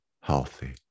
healthy